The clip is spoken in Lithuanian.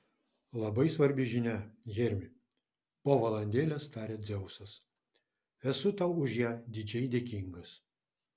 labai svarbi žinia hermi po valandėlės tarė dzeusas esu tau už ją didžiai dėkingas